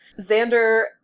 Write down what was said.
Xander